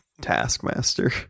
Taskmaster